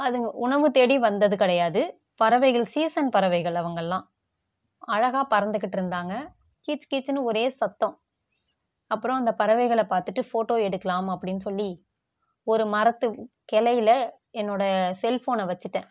அதுங்கள் உணவு தேடி வந்தது கிடையாது பறவைகள் சீசன் பறவைகள் அவங்கள்லாம் அழகா பறந்துகிட்ருந்தாங்க கீச் கீச்சுனு ஒரே சத்தம் அப்பறம் அந்த பறவைகளை பார்த்துட்டு ஃபோட்டோ எடுக்கலாம் அப்படின் சொல்லி ஒரு மரத்து கிளையில என்னோட செல்ஃபோனை வச்சுட்டேன்